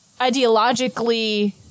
ideologically